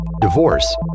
divorce